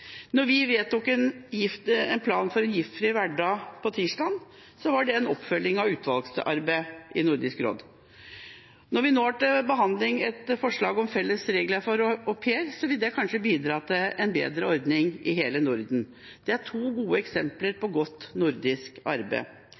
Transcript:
Når vi nå har til behandling et forslag om felles regler for au pairer, vil det kanskje bidra til en bedre ordning i hele Norden. Dette er to gode eksempler på godt nordisk arbeid.